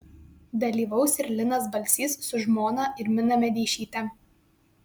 dalyvaus ir linas balsys su žmona irmina medeišyte